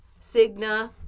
Cigna